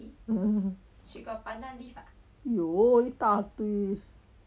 有一大堆